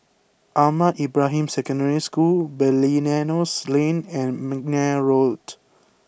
Ahmad Ibrahim Secondary School Belilios Lane and McNair Road